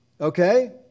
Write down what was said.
Okay